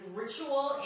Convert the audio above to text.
ritual